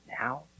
now